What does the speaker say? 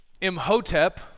Imhotep